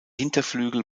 hinterflügel